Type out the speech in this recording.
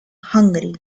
hungary